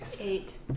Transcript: Eight